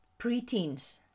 preteens